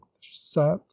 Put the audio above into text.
sat